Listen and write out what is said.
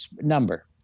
number